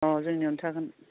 औ जोंनियावनो थागोन